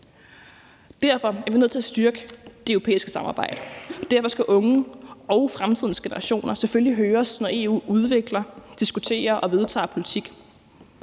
Derfor er vi nødt til at styrke det europæiske samarbejde. Derfor skal unge og fremtidens generationer selvfølgelig høres, når EU udvikler, diskuterer og vedtager politik.